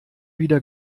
wieder